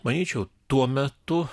manyčiau tuo metu